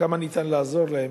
כמה ניתן לעזור להם.